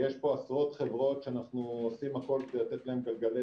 ויש פה עשרות חברות שאנחנו עושים הכול כדי לתת להם גלגלי